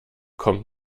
kommt